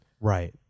Right